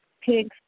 pig's